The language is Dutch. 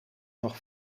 nog